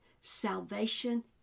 salvation